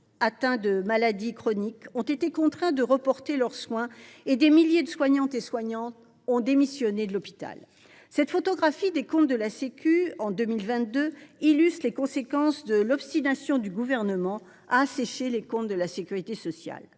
atteints de maladies chroniques ont été contraints de reporter leurs soins. Des milliers de soignantes et soignants ont démissionné de l’hôpital. Cette photographie des comptes de la sécurité sociale en 2022 illustre les conséquences de l’obstination du Gouvernement à assécher le budget de la santé.